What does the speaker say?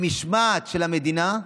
במשמעת של המדינה,